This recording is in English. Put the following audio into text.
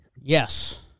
Yes